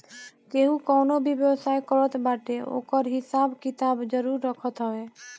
केहू कवनो भी व्यवसाय करत बाटे ओकर हिसाब किताब जरुर रखत हवे